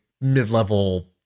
mid-level